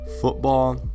football